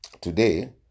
today